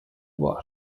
war